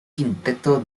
quinteto